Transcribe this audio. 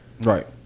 Right